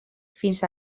fins